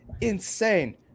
insane